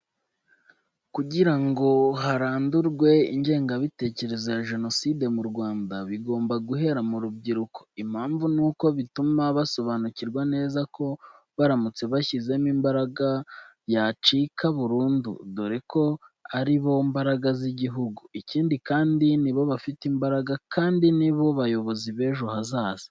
Kugira ngo harandurwe ingengabitekerezo ya jenoside mu Rwanda, bigomba guhera mu rubyiruko. Impamvu ni uko bituma basobanukirwa neza ko baramutse bashyizemo imbaraga yacika burundu dore ko ari bo mbaraga z'iguhugu. Ikindi kandi, nibo bafite imbaraga kandi nibo bayobozi b'ejo hazaza.